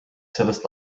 sellest